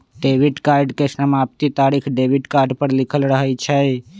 debit card के समाप्ति तारिख डेबिट कार्ड पर लिखल रहइ छै